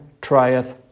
trieth